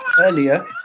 earlier